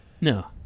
No